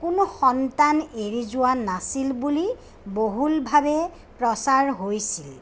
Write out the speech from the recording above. কোনো সন্তান এৰি যোৱা নাছিল বুলি বহুলভাৱে প্ৰচাৰ হৈছিল